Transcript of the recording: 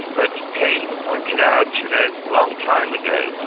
but keynes pointed out, you know, a long time ago,